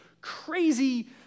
crazy